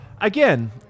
again